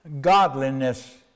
godliness